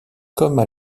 comme